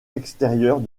extérieurs